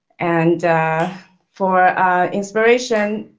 and for inspiration,